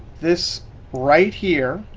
this right here,